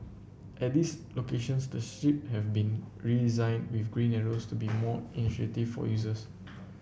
at these locations the have been redesigned with green arrows to be more for users